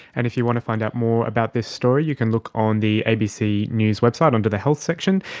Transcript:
and if you want to find out more about this story, you can look on the abc news website under the health section.